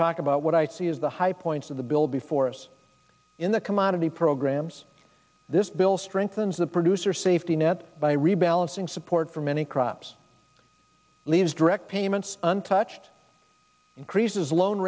talk about what i see as the high points of the bill before us in the commodity programs this bill strengthens the producer safety net by rebalancing support for many crops leads direct payments untouched increases loan